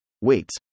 weights